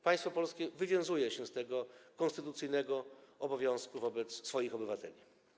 Państwo polskie wywiązuje się z tego konstytucyjnego obowiązku wobec swoich obywateli.